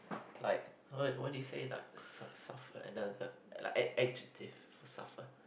like what what did you say like su~ suffer ad adjective for suffer